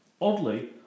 Oddly